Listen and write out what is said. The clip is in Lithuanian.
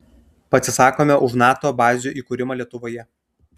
pasisakome už nato bazių įkūrimą lietuvoje